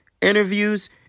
interviews